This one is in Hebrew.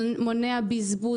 מונע בזבוז,